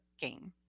game